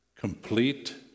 Complete